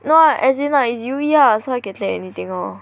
no ah as in like it's U_E lah so I can take anything lor